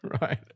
Right